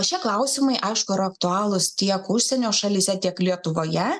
šie klausimai aišku yra aktualūs tiek užsienio šalyse tiek lietuvoje